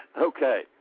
Okay